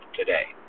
today